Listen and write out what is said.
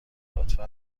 لطفا